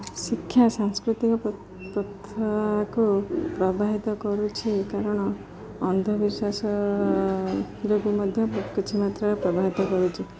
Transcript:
ଶିକ୍ଷା ସାଂସ୍କୃତିକ ପ୍ରଥାକୁ ପ୍ରଭାବିତ କରୁଛି କାରଣ ଅନ୍ଧବିଶ୍ୱାସ ରୋଗ ମଧ୍ୟ କିଛି ମାତ୍ରାରେ ପ୍ରଭାବିତ କରୁଛି